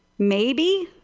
maybe?